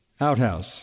outhouse